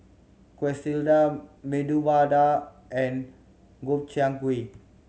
Quesadillas Medu Vada and Gobchang Gui